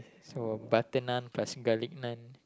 so butter naan plus garlic naan